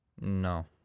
No